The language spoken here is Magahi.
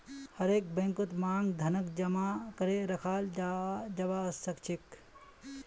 हरेक बैंकत मांग धनक जमा करे रखाल जाबा सखछेक